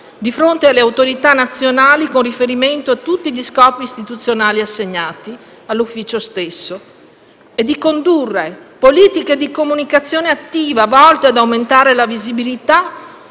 di fronte alle autorità nazionali con riferimento a tutti gli scopi istituzionali assegnati all'Ufficio stesso e di condurre politiche di comunicazione attiva, volte ad aumentare la visibilità